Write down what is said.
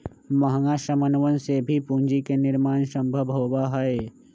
महंगा समनवन से भी पूंजी के निर्माण सम्भव होबा हई